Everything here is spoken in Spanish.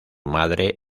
madre